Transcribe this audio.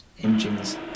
engines